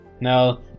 no